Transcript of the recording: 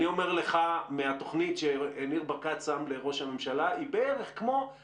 האם הטיפול בבעיה הזאת השתפר במשהו ומה צריך לעשות כדי לשפר אותו?